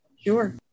Sure